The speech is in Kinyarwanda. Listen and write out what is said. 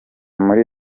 muri